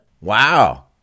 Wow